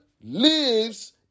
lives